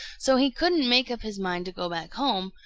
so he couldn't make up his mind to go back home,